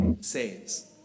saves